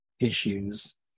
issues